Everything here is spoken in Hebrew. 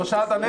לא שאלת נגד.